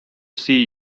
see